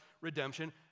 redemption